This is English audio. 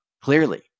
clearly